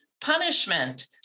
punishment